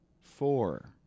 Four